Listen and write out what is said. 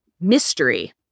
mystery